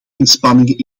inspanningen